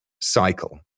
cycle